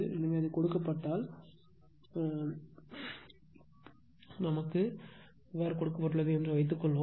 எனவே அது கொடுக்கப்பட்டால் r என்றால் என்ன x இது கொடுக்கப்பட்டுள்ளது என்று வைத்துக்கொள்வோம்